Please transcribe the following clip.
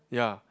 ya